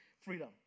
freedom